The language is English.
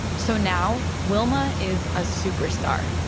so now wilma is a superstar.